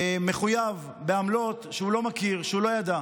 מחויב בעמלות שהוא לא מכיר, שהוא לא ידע.